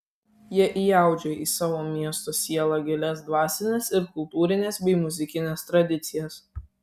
jie įaudžia į savo miesto sielą gilias dvasines ir kultūrines bei muzikines tradicijas